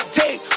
take